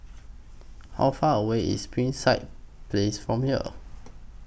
How Far away IS Springside Place from here